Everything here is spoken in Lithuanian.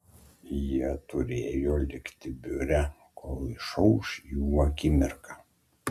jie turėjo likti biure kol išauš jų akimirka